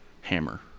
Hammer